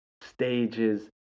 stages